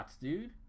dude